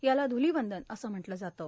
याला ध्रलिवंदन असं म्हटलं जातं